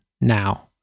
now